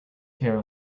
care